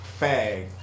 fag